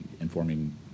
informing